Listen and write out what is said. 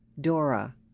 Dora